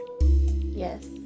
Yes